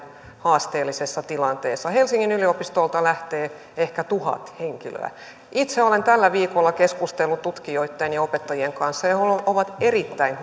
haasteellisessa tilanteessa helsingin yliopistolta lähtee ehkä tuhat henkilöä itse olen tällä viikolla keskustellut tutkijoitten ja opettajien kanssa ja ja he ovat erittäin